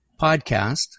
podcast